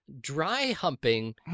dry-humping